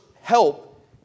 help